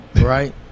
right